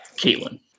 Caitlin